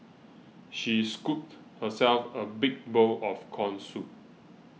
she scooped herself a big bowl of Corn Soup